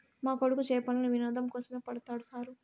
మా కొడుకు చేపలను వినోదం కోసమే పడతాడు సారూ